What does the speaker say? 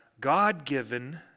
God-given